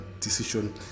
decision